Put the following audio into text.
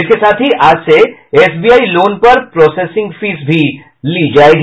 इसके साथ ही आज से एसबीआई लोन पर प्रोसेसिंग फीस भी लिया जायेगा